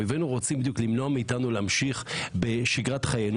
אויבינו רוצים בדיוק למנוע מאתנו להמשיך בשגרת חיינו,